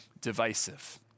divisive